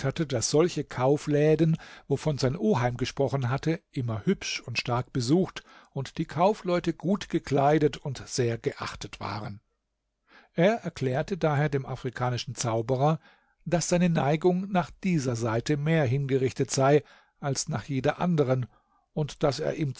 daß solche kaufläden wovon sein oheim gesprochen hatte immer hübsch und stark besucht und die kaufleute gut gekleidet und sehr geachtet waren er erklärte daher dem afrikanischen zauberer daß seine neigung nach dieser seite mehr hingerichtet sei als nach jeder andern und daß er